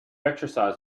exercise